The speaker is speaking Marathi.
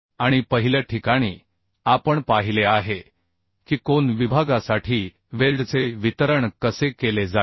आणि पहिल्या ठिकाणी आपण पाहिले आहे की कोन विभागासाठी वेल्डचे वितरण कसे केले जाईल